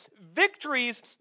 victories